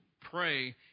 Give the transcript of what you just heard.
pray